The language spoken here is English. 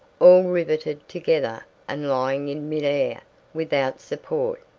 all riveted together and lying in midair without support.